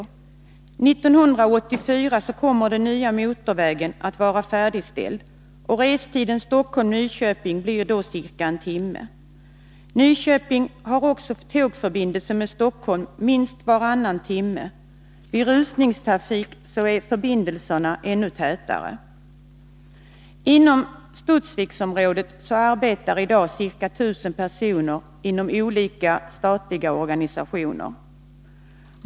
1984 kommer den nya motorvägen att vara färdigställd, och restiden Stockholm-Nyköping blir då ca en timme. Nyköping har också tågförbindelse med Stockholm minst varannan timme; vid rusningstrafik är förbindelserna ännu tätare. I Studsviksområdet arbetar i dag ca 1000 personer inom olika statliga organ.